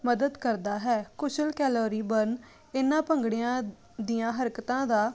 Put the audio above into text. ਮਦਦ ਕਰਦਾ ਹੈ ਕੁਸ਼ਲ ਕੈਲੋਰੀ ਬਰਨ ਇਹਨਾਂ ਭੰਗੜਿਆਂ ਦੀਆਂ ਹਰਕਤਾਂ ਦਾ